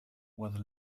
was